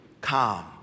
calm